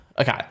Okay